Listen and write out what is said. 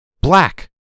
black